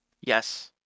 Yes